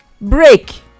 break